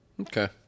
Okay